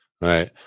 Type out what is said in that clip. Right